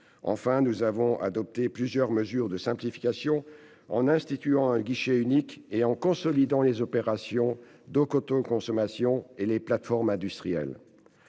enfin adopté plusieurs mesures de simplification en instituant un guichet unique et en consolidant les opérations d'autoconsommation et les plateformes industrielles.